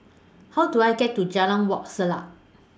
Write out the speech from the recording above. How Do I get to Jalan Wak Selat